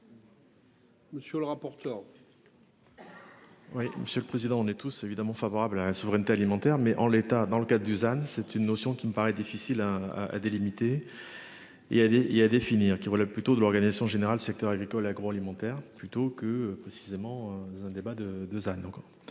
Monsieur le rapporteur. Oui, monsieur le président. On est tous évidemment favorable à la souveraineté alimentaire. Mais en l'état. Dans le cas Dusan c'est une notion qui me paraît difficile à à délimiter. Il y a des il y a à définir qui relèvent plutôt de l'organisation générale secteur agricole et agroalimentaire plutôt que précisément dans un débat de 2